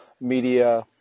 media